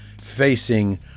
facing